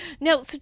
No